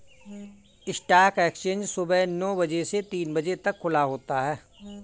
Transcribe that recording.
stock exchange सुबह नो बजे से तीन बजे तक खुला होता है